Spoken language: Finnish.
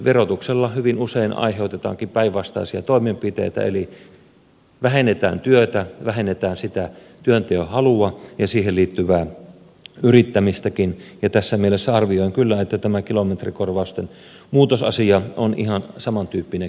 verotuksella hyvin usein aiheutetaankin päinvastaisia toimenpiteitä eli vähennetään työtä vähennetään sitä työnteon halua ja siihen liittyvää yrittämistäkin ja tässä mielessä arvioin kyllä että tämä kilometrikorvausten muutosasia on ihan samantyyppinen kysymys